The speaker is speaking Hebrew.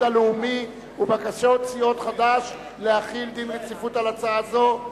הלאומי ובקשת סיעת חד"ש שלא להחיל דין רציפות על הצעה זו,